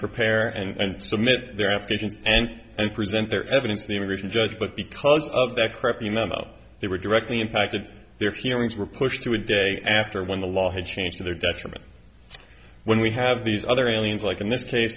prepare and submit their application and and present their evidence the immigration judge but because of the crappy memo they were directly impacted their hearings were pushed to a day after when the law had changed to their detriment when we have these other aliens like in this case